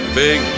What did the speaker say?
big